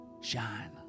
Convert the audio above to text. Shine